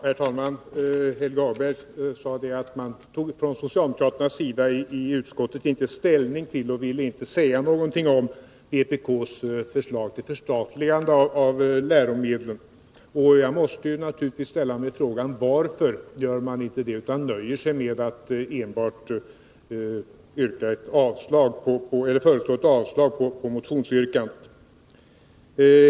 Herr talman! Helge Hagberg sade att man från socialdemokraternas sida i utskottet inte tog ställning till och inte ville säga någonting om vpk:s förslag till förstatligande av läromedlen. Jag måste naturligtvis ställa mig frågan varför man inte gör det, utan nöjer sig med att enbart föreslå ett avslag på motionsyrkandet.